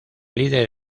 líder